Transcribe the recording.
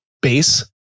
base